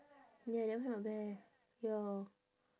ya never heard of that eh ya